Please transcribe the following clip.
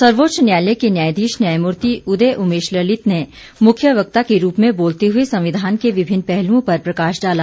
सर्वोच्च न्यायालय के न्यायाधीश न्यायमूर्ति उदय उमेश ललित ने मुख्य वक्ता के रूप में बोलते हुए संविधान के विभिन्न पहलुओं पर प्रकाश डाला